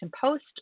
Post